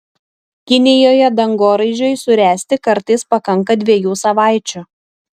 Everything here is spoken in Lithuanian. kinijoje dangoraižiui suręsti kartais pakanka dviejų savaičių